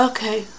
Okay